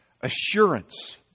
assurance